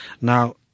Now